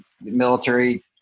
military